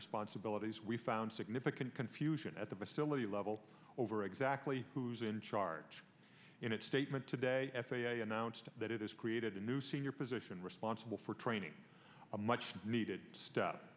responsibilities we found significant confusion at the facility level over exactly who's in charge in its statement today f a a announced that it has created a new senior position responsible for training a much needed st